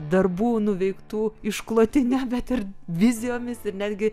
darbų nuveiktų išklotine bet ir vizijomis ir netgi